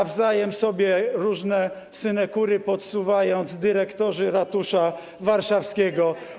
nawzajem sobie różne synekury podsuwając, dyrektorzy ratusza warszawskiego.